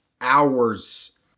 hours